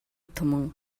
түмэн